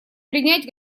принять